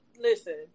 Listen